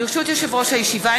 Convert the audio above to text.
ברשות יושב-ראש הישיבה,